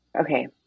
okay